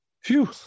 Phew